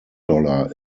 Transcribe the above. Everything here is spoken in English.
dollar